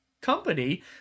company